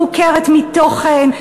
מעוקרת מתוכן,